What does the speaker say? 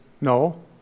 no